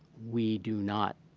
we do not